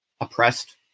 oppressed